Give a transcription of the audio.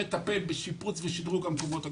מטפל בשיפוץ ושדרוג המקומות הקדושים,